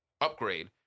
upgrade